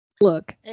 Look